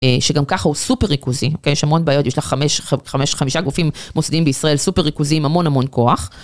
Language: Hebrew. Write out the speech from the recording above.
שגם ככה הוא סופר ריכוזי, יש המון בעיות, יש לך חמישה גופים מוסדיים בישראל, סופר ריכוזי עם המון המון כוח.